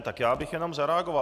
Tak já bych jenom zareagoval.